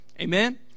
Amen